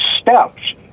steps